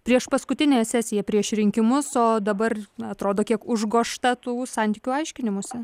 priešpaskutinė sesija prieš rinkimus o dabar atrodo kiek užgožta tų santykių aiškinimosi